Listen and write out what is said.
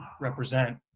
represent